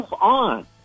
on